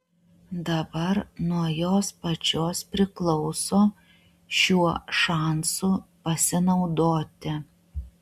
dabar nuo jos pačios priklauso šiuo šansu pasinaudoti